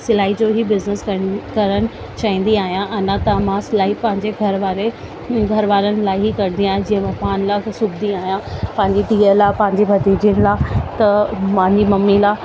सिलाई जो ई बिजिनस करणु करणु चाहींदी आहियां अञा त मां सिलाई पंहिंजे घरुवारे घरुवारनि लाइ ई कंदी आहियां जीअं मां पाण लाइ सुबंदी आहियां पंहिंजी धीअ लाइ पंहिंजे भतीजनि लाइ त पंहिंजी मम्मी लाइ